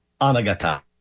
Anagata